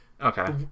okay